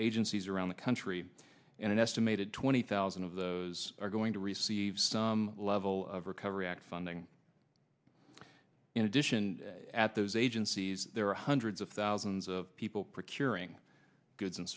agencies around the country and an estimated twenty thousand of those are going to receive some level of recovery act funding in addition at those agencies there are hundreds of thousands of people per curiam goods and